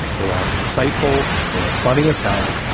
they are insightful. they are funny as hell.